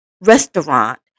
restaurant